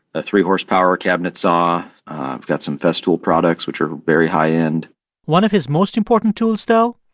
a three horsepower cabinet saw i've got some festool products, which are very high end one of his most important tools, though,